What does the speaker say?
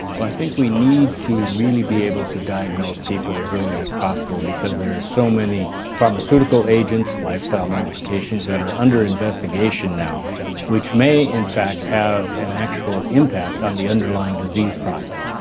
well i think we need to really be able to diagnose people as early as possible because there are so many pharmaceutical agents, lifestyle modifications that are under investigation now which may in fact have an actual impact on the underlying disease process.